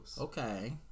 Okay